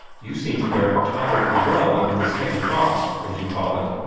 you seem to bear up tolerably well under this heavy cross, as you call it,